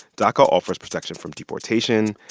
daca offers protection from deportation.